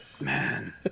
man